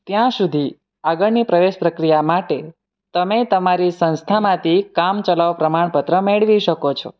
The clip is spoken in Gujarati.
ત્યાં સુધી આગળની પ્રવેશ પ્રક્રિયા માટે તમે તમારી સંસ્થામાંથી કામચલાઉ પ્રમાણપત્ર મેળવી શકો છે